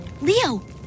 Leo